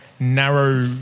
narrow